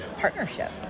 partnership